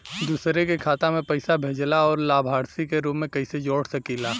दूसरे के खाता में पइसा भेजेला और लभार्थी के रूप में कइसे जोड़ सकिले?